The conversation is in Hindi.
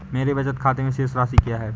मेरे बचत खाते में शेष राशि क्या है?